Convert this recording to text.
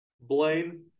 Blaine